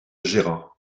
gérant